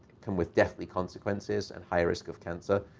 come with deathly consequences and higher risk of cancer.